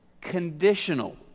conditional